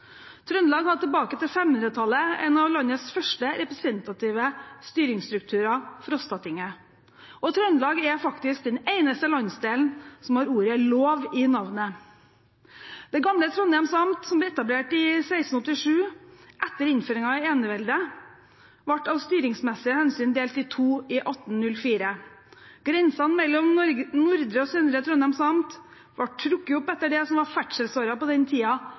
Trøndelag hadde tilbake på 500-tallet en av landets første representative styringsstrukturer, Frostatinget, og Trøndelag er faktisk den eneste landsdelen som har ordet lov i navnet. Det gamle Trondhjems amt, som ble etablert i 1687 etter innføringen av eneveldet, ble av styringsmessige hensyn delt i to i 1804. Grensen mellom Nordre og Søndre Trondhjems amt ble trukket opp etter det som var ferdselsåren på den